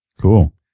Cool